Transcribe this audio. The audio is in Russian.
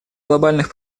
глобальных